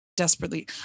desperately